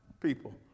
people